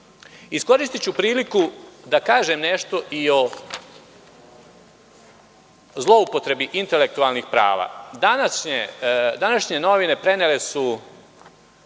amandmana? Iskoristiću priliku da kažem nešto i o zloupotrebi intelektualnih prava. Današnje novine prenele su